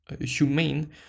humane